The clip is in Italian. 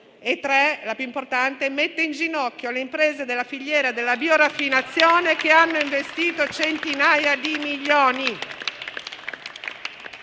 -, metterà in ginocchio le imprese della filiera della bioraffinazione che hanno investito centinaia di milioni.